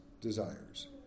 desires